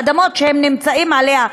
באדמות שהם נמצאים עליהן,